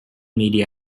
media